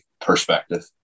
perspective